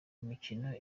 imikino